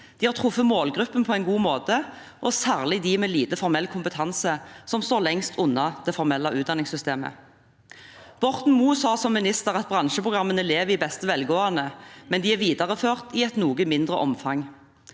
de har truffet målgruppen på en god måte, særlig dem med lite formell kompetanse, som står lengst unna det formelle utdanningssystemet. Borten Moe sa som minister at bransjeprogrammene lever i beste velgående, men at de er videreført i et noe mindre omfang.